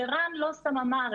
ורן לא סתם אמר,